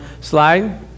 slide